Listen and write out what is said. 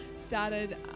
started